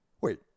wait